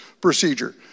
procedure